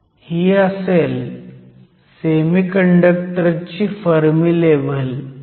ही असेल सेमीकंडक्टर ची Fermi level EF